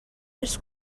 ارث